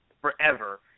forever